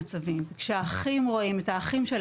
החינוך ייתן את שלו ואני לא אתעכב על